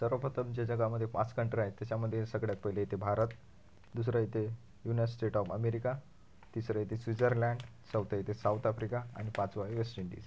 सर्वप्रथम जे जगामधे पाच कंट्र्या आहेत त्याच्यामधे सगळ्यात पहिले येते भारत दुसरं येते यूनास्टेट ऑफ अमेरिका तिसरं येते स्विझरलॅन चौथे येते साऊथ आफ्रिका आणि पाचवं आहे वेस्टइंडीस